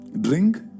drink